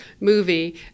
movie